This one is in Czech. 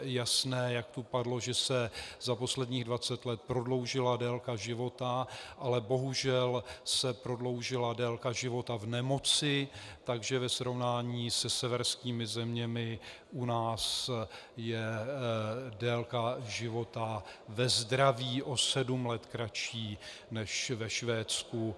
Je jasné, jak dopadlo, že se za posledních dvacet let prodloužila délka života, ale bohužel se prodloužila délka života v nemoci, takže ve srovnání se severskými zeměmi u nás je délka života ve zdraví o sedm let kratší než ve Švédsku.